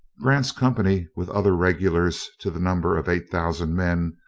grant's company, with other regulars to the number of eight thousand men,